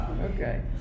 Okay